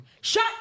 Shut